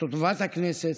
לטובת הכנסת,